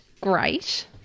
great